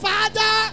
Father